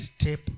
step